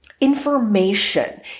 information